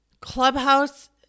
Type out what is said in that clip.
Clubhouse